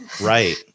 Right